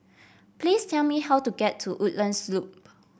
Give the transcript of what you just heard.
please tell me how to get to Woodlands Loop